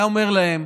הוא היה אומר להם,